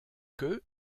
que